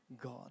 God